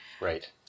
right